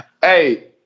Hey